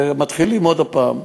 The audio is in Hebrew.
ומתחילים עוד הפעם.